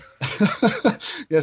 Yes